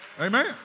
Amen